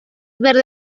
verde